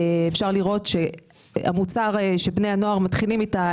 אפשר לראות שהמוצר שבני הנוער מתחילים איתו,